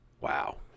Wow